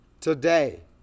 today